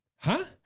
huh?